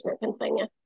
Pennsylvania